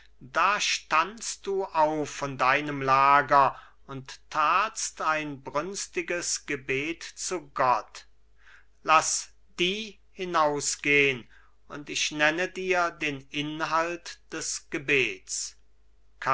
da standst du auf von deinem lager und tatst ein brünstiges gebet zu gott laß die hinausgehn und ich nenne dir den inhalt des gebets